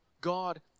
God